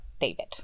David